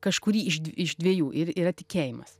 kažkurį iš dv iš dviejų ir yra tikėjimas